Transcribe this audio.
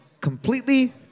completely